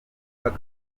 mpaka